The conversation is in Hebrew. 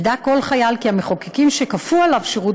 ידע כל חייל כי המחוקקים שכפו עליו שירות